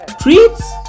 Treats